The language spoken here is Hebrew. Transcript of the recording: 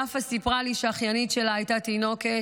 יפה סיפרה לי שאחיינית שלה, שהייתה תינוקת,